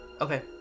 Okay